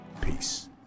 Peace